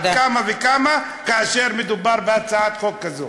על אחת כמה וכמה כאשר מדובר בהצעת חוק כזאת.